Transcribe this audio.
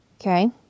okay